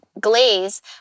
Glaze